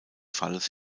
falles